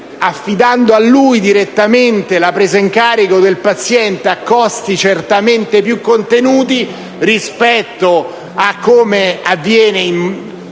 affidando a lui direttamente la presa in carico del paziente, a costi certamente più contenuti rispetto a come avviene